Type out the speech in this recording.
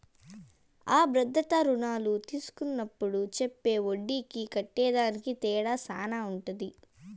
అ భద్రతా రుణాలు తీస్కున్నప్పుడు చెప్పే ఒడ్డీకి కట్టేదానికి తేడా శాన ఉంటది